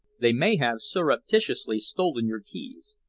they may have surreptitiously stolen your keys.